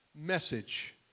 message